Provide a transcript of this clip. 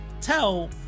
tell